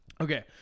Okay